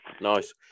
Nice